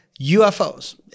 UFOs